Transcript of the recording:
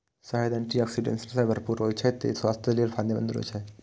शहद antioxidant सं भरपूर होइ छै, तें स्वास्थ्य लेल फायदेमंद होइ छै